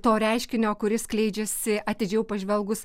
to reiškinio kuris skleidžiasi atidžiau pažvelgus